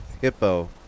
hippo